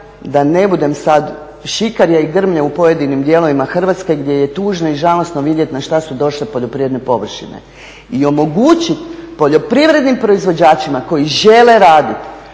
da ne budem sada, šikanja i grmlja u pojedinim dijelovima Hrvatske gdje je tužno i žalosno vidjeti na što su došle poljoprivredne površine i omogućiti poljoprivrednim proizvođačima koji žele raditi,